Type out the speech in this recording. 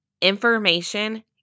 Information